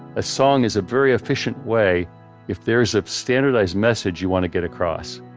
a song is a very efficient way if there's a standardized message you want to get across.